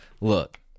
look